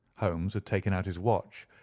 holmes had taken out his watch,